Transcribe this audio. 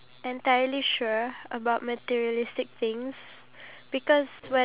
what do you think about the colour yellow for the store do you think it's a nice yellow